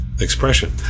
expression